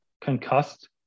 concussed